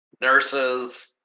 nurses